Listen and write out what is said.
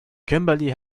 kimberly